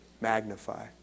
magnify